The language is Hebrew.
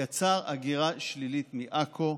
יצר הגירה שלילית מעכו,